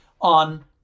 on